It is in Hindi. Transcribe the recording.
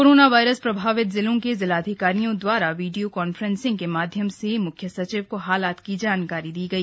कोरोना वायरस प्रभावित जिलों के जिलाधिकारियों द्वारा वीडियो कॉन्फ्रेंसिंग के माध्यम से म्ख्य सचिव को हालात की जानकारी दी गई